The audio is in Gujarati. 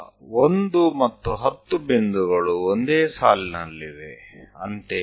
તો 1 અને 10 બિંદુઓ એક જ લીટી પર છે કે જેને આપણે લંબાવવા પડશે